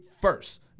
first